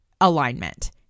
alignment